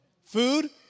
Food